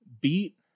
Beat